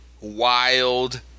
Wild